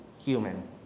human